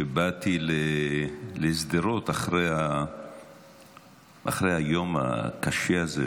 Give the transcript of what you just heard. שבאתי לשדרות אחרי היום הקשה הזה,